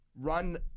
Run